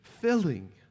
filling